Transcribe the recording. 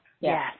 yes